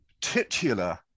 titular